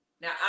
Now